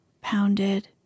pounded